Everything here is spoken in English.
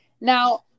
Now